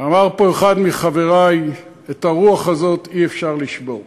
אמר פה אחד מחברי: את הרוח הזאת אי-אפשר לשבור.